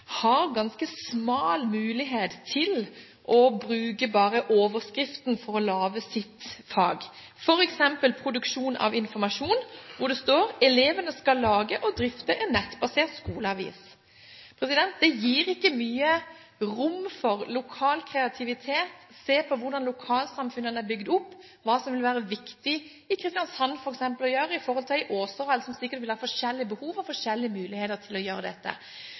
har ganske smal mulighet til å bruke bare overskriften for å lage sitt fag, f.eks. Produksjon av informasjon, der det står: «Elevene skal lage og drifte en nettbasert skoleavis.» Det gir ikke mye rom for lokal kreativitet, eller å se på hvordan lokalsamfunnene er bygd opp, hva som vil være viktig å gjøre i Kristiansand i forhold til f.eks. i Åseral – der det sikkert vil være forskjellig behov og forskjellige muligheter til å gjøre dette.